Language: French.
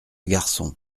garçon